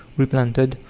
replanted,